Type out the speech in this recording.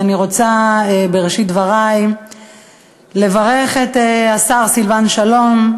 אני רוצה בראשית דברי לברך את השר סילבן שלום,